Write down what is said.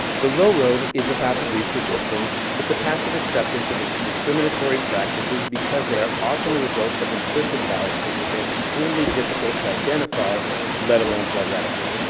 the low road is the path of least resistance. it's a passive acceptance of discriminatory practices because they're often the result of implicit biases which are extremely difficult to identify let alone to eradicate.